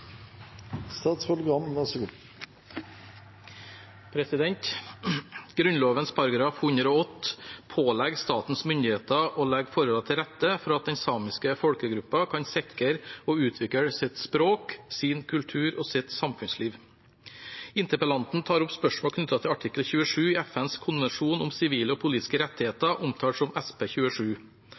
rette for at den samiske folkegruppen kan sikre og utvikle sitt språk, sin kultur og sitt samfunnsliv. Interpellanten tar opp spørsmål knyttet til artikkel 27 i FNs konvensjon om sivile og politiske rettigheter, omtalt som SP 27.